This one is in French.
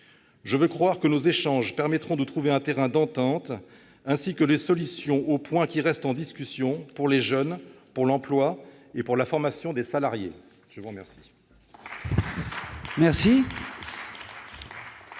Je veux croire que nos échanges permettront de trouver un terrain d'entente ainsi que les solutions aux points qui restent en discussion, pour les jeunes, pour l'emploi et pour la formation des salariés. La parole